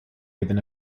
within